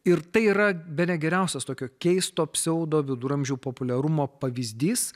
ir tai yra bene geriausias tokio keisto pseudoviduramžių populiarumo pavyzdys